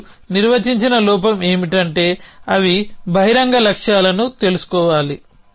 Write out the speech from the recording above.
మరియు నిర్వచించిన లోపం ఏమిటంటే అవి బహిరంగ లక్ష్యాలను తెలుసుకోవాలి